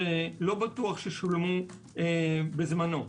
שלא בטוח ששולמו בזמנו.